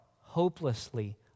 hopelessly